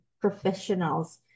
professionals